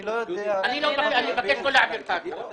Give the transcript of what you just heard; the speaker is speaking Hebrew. אני מבקש לא להעביר את הפנייה הזאת.